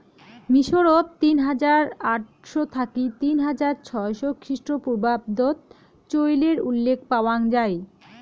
মিশরত তিন হাজার আটশ থাকি তিন হাজার ছয়শ খ্রিস্টপূর্বাব্দত চইলের উল্লেখ পাওয়াং যাই